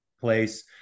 place